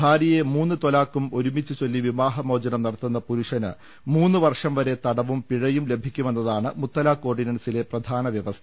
ഭാര്യയെ മൂന്ന് തലാഖും ഒരുമിച്ച് ചൊല്ലി വിവാഹമോചനം നടത്തുന്ന പുരുഷന് മൂന്ന് വർഷംവരെ തടവും പിഴയും ലഭിക്കുമെന്നാണ് മുത്തലാഖ് ഓർഡിനൻസിലെ പ്രധാന വൃവസ്ഥ